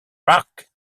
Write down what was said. rock